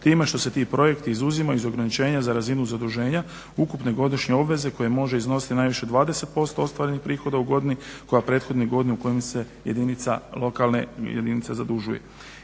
time što se ti projekti izuzimaju iz ograničenja za razinu zaduženja ukupne godišnje obveze koje može iznositi najviše 20% ostvarenih prihoda u godini koja prethodne godine u kojem se jedinica lokalne zadužuje.